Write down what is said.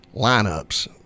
lineups